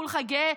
כולך גאה,